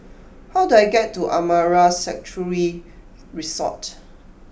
how do I get to Amara Sanctuary Resort